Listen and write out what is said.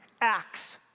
acts